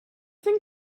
think